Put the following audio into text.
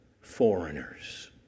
foreigners